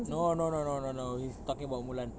no no no no no no we're talking about mulan